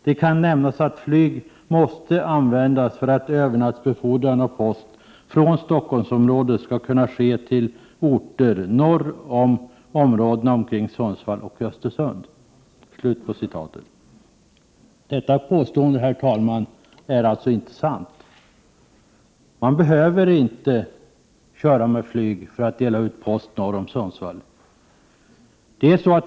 Det kan nämnas att flyg måste användas för att övernattbefordran av post från Stockholmsområdet skall kunna ske till orter norr om områdena omkring Sundsvall och Östersund.” Detta påstående, herr talman, är inte sant. Man behöver inte använda flyg för att kunna dela ut posten i tid norr om Sundsvall.